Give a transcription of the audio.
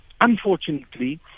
unfortunately